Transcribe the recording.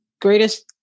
greatest